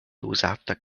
uzata